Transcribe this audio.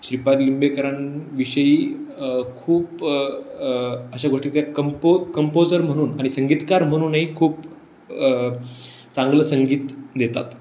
श्रीपाद लिंबेकरांविषयी खूप अशा गोष्टी त्या कंपो कंपोजर म्हणून आणि संगीतकार म्हणूनही खूप चांगलं संगीत देतात